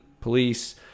Police